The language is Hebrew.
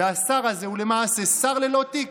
והשר הזה הוא למעשה שר ללא תיק.